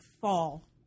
fall